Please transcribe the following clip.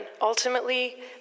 Ultimately